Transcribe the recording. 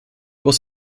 was